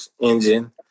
engine